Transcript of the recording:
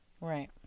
Right